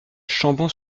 chambon